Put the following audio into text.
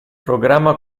programma